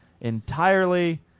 entirely